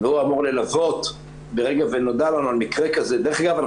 והוא אמור ללוות ברגע ונודע לנו על מקרה כזה ודרך אגב,